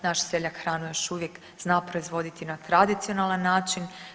Naš seljak hranu još uvijek zna proizvoditi na tradicionalan način.